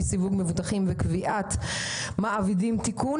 (סיווג מבוטחים וקביעת מעבידים) (תיקון),